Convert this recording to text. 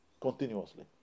continuously